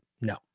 No